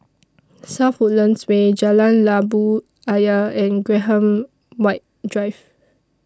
South Woodlands Way Jalan Labu Ayer and Graham White Drive